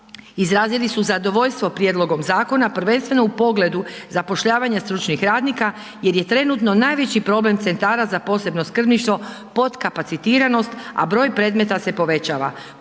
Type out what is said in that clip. izrazili su zadovoljstvo prijedlogom zakona, prvenstveno u pogledu zapošljavanja stručnih radnika jer je trenutno najveći problem centara za posebno skrbništvo podkapacitiranost, a broj predmeta se povećava.